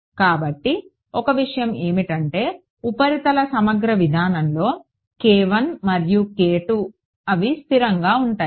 కాబట్టి ఒక విషయం ఏమిటంటే ఉపరితల సమగ్ర విధానంలో మరియు అవి స్థిరంగా ఉంటాయి